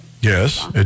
Yes